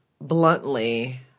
bluntly